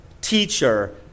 teacher